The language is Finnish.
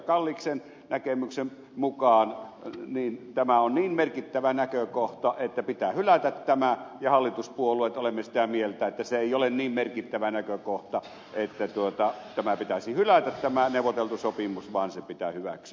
kalliksen näkemyksen mukaan tämä on niin merkittävä näkökohta että pitää hylätä tämä ja me hallituspuolueet olemme sitä mieltä että se ei ole niin merkittävä näkökohta että pitäisi hylätä tämä neuvoteltu sopimus vaan se pitää hyväksyä